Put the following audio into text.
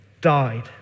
died